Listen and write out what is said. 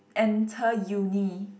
enter uni